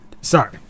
Sorry